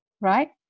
Right